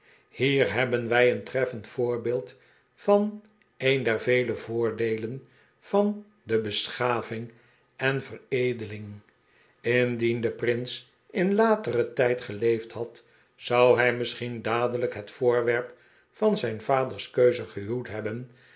hier hebben wij een treffend voorbeeld van een der vele vodrdeelen van de beschaving en veredeling indien de prins in latere tijden geleefd had zou hij misschien dadelijk het voorwerp van zijn vaders keuze gehuwd hebben